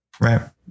Right